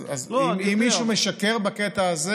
לא, אני יודע, אז אם מישהו משקר בקטע הזה